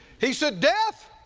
he said, death,